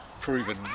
proven